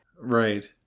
Right